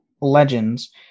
legends